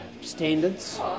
standards